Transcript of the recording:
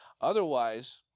Otherwise